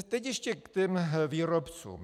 Teď ještě k těm výrobcům.